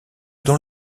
dans